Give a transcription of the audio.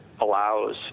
allows